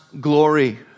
glory